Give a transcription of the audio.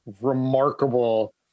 remarkable